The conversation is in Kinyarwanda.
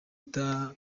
twitter